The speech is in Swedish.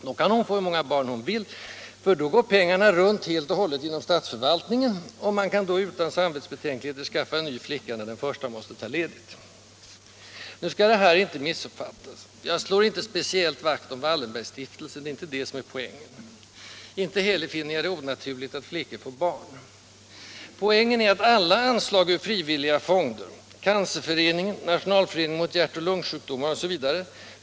Då kan hon få så många barn hon vill, för då går pengarna runt helt och hållet inom statsförvaltningen, och man kan då utan samvetsbetänkligheter skaffa en ny flicka när den första måste ta ledigt. Nu skall det här inte missuppfattas. Jag slår inte speciellt vakt om Wallenbergsstiftelsen, det är inte poängen. Inte heller finner jag det onaturligt att flickor får barn. Poängen är att alla anslag ur frivilliga fonder — Cancerföreningen, Nationalföreningen mot hjärtoch lungsjukdomar etc.